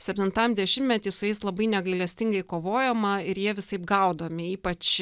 septintam dešimmety su jais labai negailestingai kovojama ir jie visaip gaudomi ypač